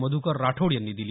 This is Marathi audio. मध्कर राठोड यांनी दिली